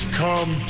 come